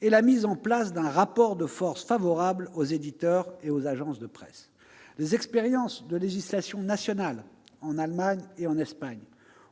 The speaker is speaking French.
est la mise en place d'un rapport de force favorable aux éditeurs et aux agences de presse. Les expériences de législation nationale en Allemagne et en Espagne